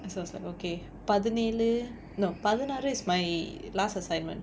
so I was like okay பதினேழு:pathinelu no பதினாறு:pathinaaru is my last assignment